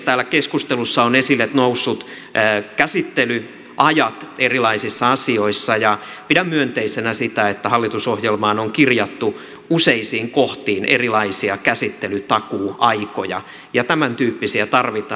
täällä keskustelussa ovat esille nousseet käsittelyajat erilaisissa asioissa ja pidän myönteisenä sitä että hallitusohjelmaan on kirjattu useisiin kohtiin erilaisia käsittelytakuuaikoja ja tämäntyyppisiä tarvitaan